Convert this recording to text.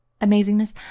amazingness